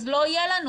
לא יהיה לנו.